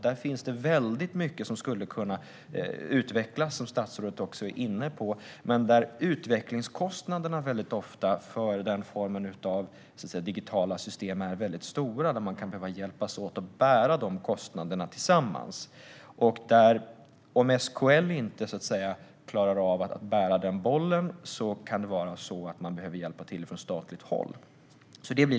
Där finns det väldigt mycket som skulle kunna utvecklas, vilket statsrådet också var inne på, men utvecklingskostnaderna för den formen av digitala system är ofta väldigt stora. Man kan behöva hjälpas åt att bära dessa kostnader tillsammans. Om SKL inte klarar av att bära den bollen måste man kanske hjälpa till från statligt håll.